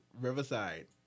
Riverside